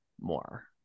more